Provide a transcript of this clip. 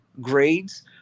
grades